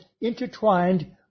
intertwined